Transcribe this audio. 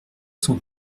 cent